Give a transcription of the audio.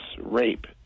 rape